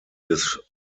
des